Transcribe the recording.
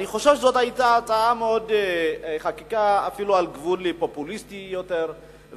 אני חושב שזאת היתה חקיקה אפילו על גבול פופוליסטי יותר.